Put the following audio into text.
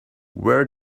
where